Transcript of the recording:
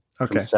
Okay